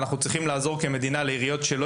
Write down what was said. אנחנו צריכים לעזור כמדינה לעיריות שלא